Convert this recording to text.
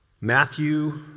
Matthew